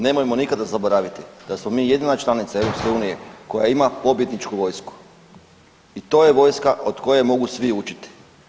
Nemojmo nikada zaboraviti da smo mi jedina članica Europske unije koja ima pobjedničku vojsku i to je vojska od koje mogu svi učiti.